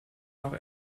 nach